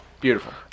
Beautiful